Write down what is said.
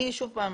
שוב פעם,